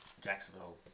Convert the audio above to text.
Jacksonville